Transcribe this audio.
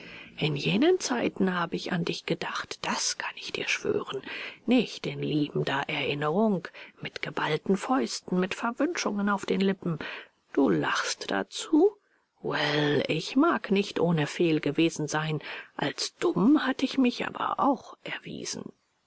in jenen zeiten habe ich an dich gedacht das kann ich dir schwören nicht in liebender erinnerung mit geballten fäusten mit verwünschungen auf den lippen du lachst dazu well ich mag nicht ohne fehl gewesen sein als dumm hatte ich mich aber auch erwiesen